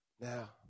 Now